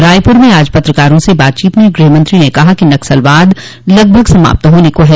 रायपुर में आज पत्रकारों से बातचीत में गृहमंत्री ने कहा कि नक्सलवाद लगभग समाप्त होने को है